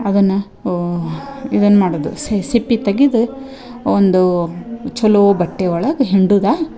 ಅದನ್ನ ಇದನ್ನ ಮಾಡುದು ಸಿಪ್ಪಿ ತೆಗೆದು ಒಂದು ಚಲೋ ಬಟ್ಟೆ ಒಳಗೆ ಹಿಂಡುದಾ